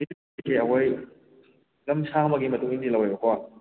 ꯑꯩꯈꯣꯏ ꯂꯝ ꯁꯥꯡꯕꯒꯤ ꯃꯇꯨꯡꯏꯟꯅꯗꯤ ꯂꯧꯔꯦꯕꯀꯣ